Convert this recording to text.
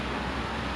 mm